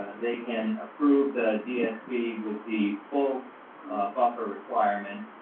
they can approve the dsp with the full buffer requirement